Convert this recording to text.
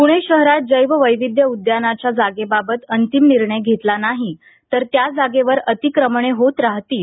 फडणवीस पूणे शहरात जैववैविध्य उद्यानाच्या जागेबाबत अंतिम निर्णय घेतला नाही तर त्या जागेवर अतिक्रमणं होत राहतील